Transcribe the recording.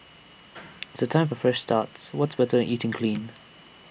the time for fresh starts what's better than eating clean